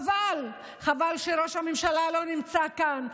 חבל, חבל שראש הממשלה לא נמצא כאן.